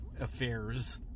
Affairs